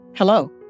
Hello